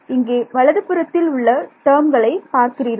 இங்கே வலது புறத்தில் உள்ள டேர்ம்களை பார்க்கிறீர்கள்